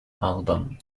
album